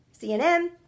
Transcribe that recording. CNN